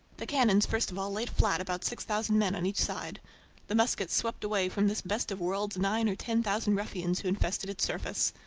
the cannons first of all laid flat about six thousand men on each side the muskets swept away from this best of worlds nine or ten thousand ruffians who infested its surface.